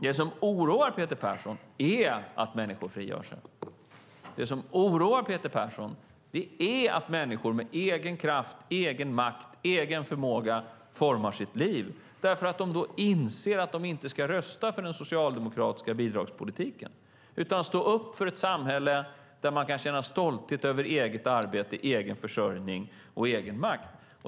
Det som oroar Peter Persson är att människor frigör sig. Det som oroar Peter Persson är att människor med egen kraft, egen makt och egen förmåga formar sitt liv, därför att då inser de att de inte ska rösta för den socialdemokratiska bidragspolitiken utan stå upp för ett samhälle där man kan känna stolthet över eget arbete, egen försörjning och egen makt.